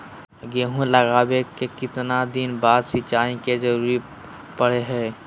गेहूं लगावे के कितना दिन बाद सिंचाई के जरूरत पड़ो है?